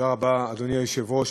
אדוני היושב-ראש,